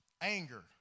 Anger